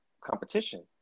competition